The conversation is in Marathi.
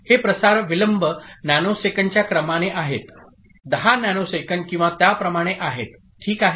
हे प्रसार विलंब नॅनोसेकंदच्या क्रमाने आहेत 10 नॅनोसेकंद किंवा त्याप्रमाणे आहेत ठीक आहे